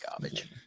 garbage